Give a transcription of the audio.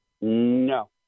No